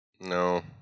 No